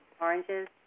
oranges